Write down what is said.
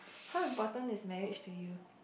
how important is marriage to you